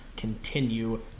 Continue